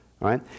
right